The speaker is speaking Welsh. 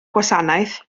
gwasanaeth